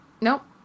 nope